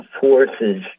forces